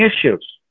issues